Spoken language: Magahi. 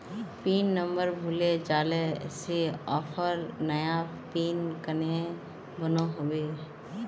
पिन नंबर भूले जाले से ऑफर नया पिन कन्हे बनो होबे?